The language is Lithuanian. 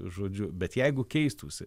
žodžiu bet jeigu keistųsi